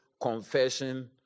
Confession